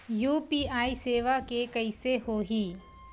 UPI सेवा के कइसे होही?